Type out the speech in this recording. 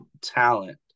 talent